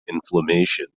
inflammation